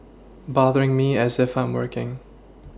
bothering me as if I'm working